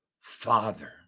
Father